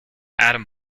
adam